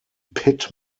pit